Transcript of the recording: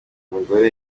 mugore